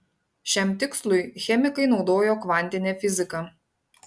šiam tikslui chemikai naudojo kvantinę fiziką